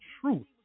truth